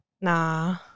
Nah